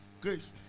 Grace